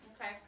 Okay